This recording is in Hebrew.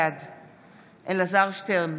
בעד אלעזר שטרן,